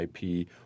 IP